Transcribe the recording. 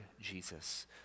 Jesus